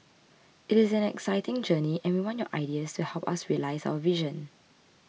it is an exciting journey and we want your ideas to help us realise our vision